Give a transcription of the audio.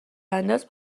انداز